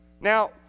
Now